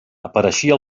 apareixia